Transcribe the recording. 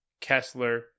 Kessler